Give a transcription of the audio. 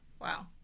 Wow